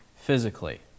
physically